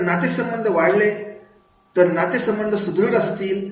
जर नाते संबंध वाढले तर नाते संबंध सुदृढ असतील तर